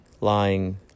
lying